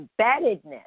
embeddedness